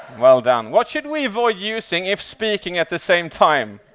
well done. what should we avoid using if speaking at the same time?